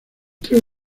tres